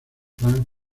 franz